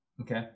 Okay